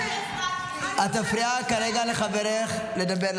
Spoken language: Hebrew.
את מפריעה כרגע לחברך לדבר,